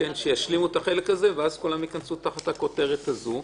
-- שישלימו את החלק הזה וכולם ייכנסו תחת הכותרת הזאת.